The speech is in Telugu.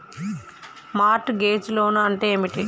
మార్ట్ గేజ్ లోన్ అంటే ఏమిటి?